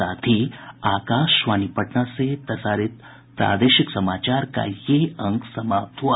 इसके साथ ही आकाशवाणी पटना से प्रसारित प्रादेशिक समाचार का ये अंक समाप्त हुआ